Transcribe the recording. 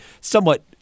somewhat